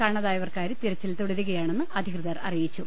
കാണാതാ്യവർക്കായി തെര ച്ചിൽ തുടരുകയാണെന്ന് അധികൃതർ അറിയിച്ചു